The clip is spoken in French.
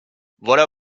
voilà